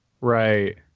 Right